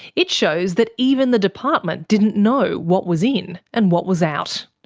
it shows that even the department didn't know what was in and what was out.